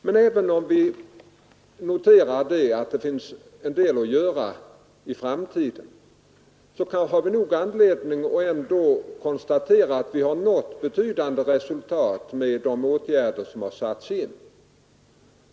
Men även om vi noterar att det finns en del att göra i framtiden, har vi nog anledning att konstatera att vi har nått betydande resultat med de åtgärder som satts in.